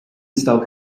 stop